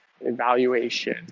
evaluation